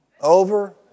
Over